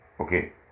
Okay